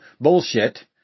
bullshit